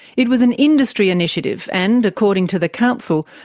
it was an industry initiative and, according to the council,